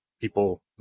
people